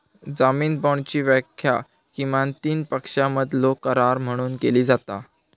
जामीन बाँडची व्याख्या किमान तीन पक्षांमधलो करार म्हणून केली जाता